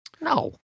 No